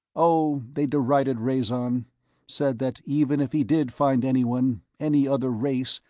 oh, they derided rhazon said that even if he did find anyone, any other race,